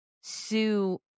Sue